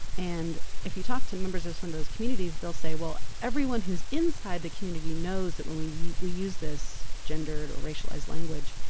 and if you talk to members of some of those communities they'll say well everyone who's inside the community knows that when we eat we use this gendered or racialized language.